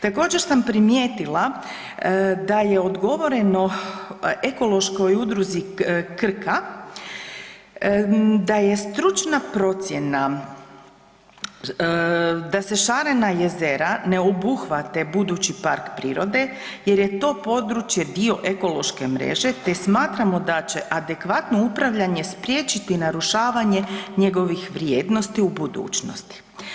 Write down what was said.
Također sam primijetila da je odgovoreno ekološkoj udruzi Krka da je stručna procjena, da se šarena jezera ne obuhvate budući park prirode jer je to područje dio ekološke mreže, te smatramo da će adekvatno upravljanje spriječiti narušavanje njegovih vrijednosti u budućnosti.